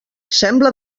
sembla